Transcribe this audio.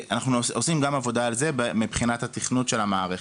אנחנו עושים גם עבודה על זה מבחינת התכנות של המערכת.